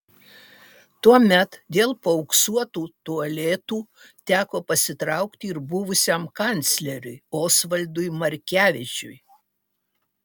tuomet dėl paauksuotų tualetų teko pasitraukti ir buvusiam kancleriui osvaldui markevičiui